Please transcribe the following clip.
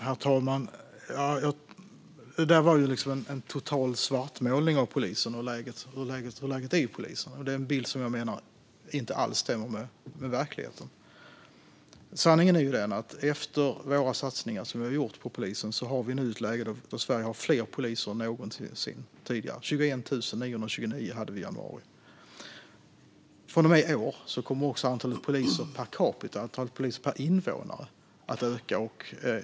Herr talman! Det där var ju en total svartmålning av polisen och hur läget i polisen är. Det är en bild som jag menar inte alls stämmer med verkligheten. Sanningen är den att vi efter de satsningar vi har gjort på polisen nu har ett läge där Sverige har fler poliser än någonsin tidigare - i januari hade vi 21 929. Från och med i år kommer också antalet poliser per capita, alltså antalet poliser per invånare, att öka.